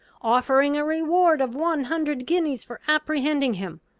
offering a reward of one hundred guineas for apprehending him.